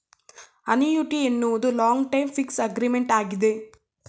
annuity ಎನ್ನುವುದು long time fix agreement ಆಗಿದೆ